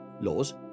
Laws